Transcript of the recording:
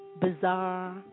bizarre